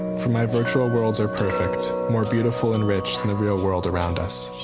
for my virtual worlds are perfect. more beautiful and rich than the real world around us.